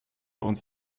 uns